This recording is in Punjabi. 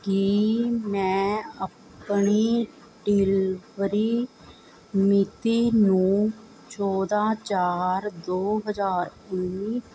ਕੀ ਮੈਂ ਆਪਣੀ ਡਿਲਵਰੀ ਮਿਤੀ ਨੂੰ ਚੌਦ੍ਹਾਂ ਚਾਰ ਦੋ ਹਜ਼ਾਰ ਉੱਨੀ